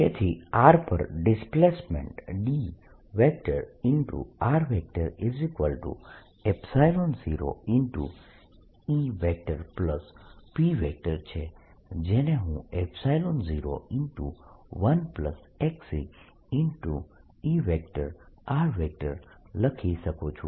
તેથી r પર displacement D0EP છે જેને હું 01eE લખી શકું છું